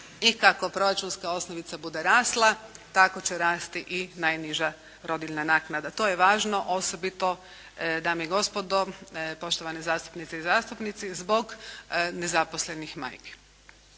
I kako proračunska osnovica bude rasla tako će rasti i najniža rodiljna naknada. To je važno osobito dame i gospodo, poštovane zastupnice i zastupnici zbog nezaposlenih majki.